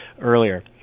earlier